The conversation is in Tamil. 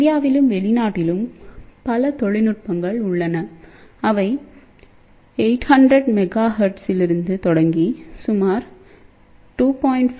இந்தியாவிலும் வெளிநாட்டிலும் பல தொழில்நுட்பங்கள் உள்ளன அவை 800 மெகா ஹெர்ட்ஸிலிருந்து தொடங்கி சுமார் 2